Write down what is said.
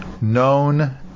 Known